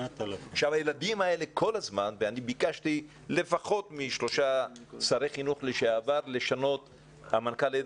אני ביקשתי לפחות משלושה שרי חינוך לשעבר לשנות - אדוני המנכ"ל,